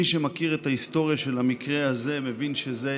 מי שמכיר את ההיסטוריה של המקרה הזה מבין שזה